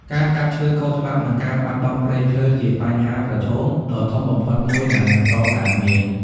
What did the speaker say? ការកាប់ឈើខុសច្បាប់ និងការបាត់បង់ព្រៃឈើជាបញ្ហាប្រឈមដ៏ធំបំផុតមួយ ដែលបន្តកើតមាន។